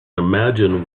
imagine